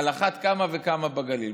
על אחת כמה וכמה בגליל.